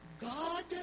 God